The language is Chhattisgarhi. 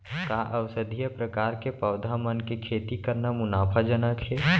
का औषधीय प्रकार के पौधा मन के खेती करना मुनाफाजनक हे?